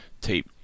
tape